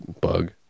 bug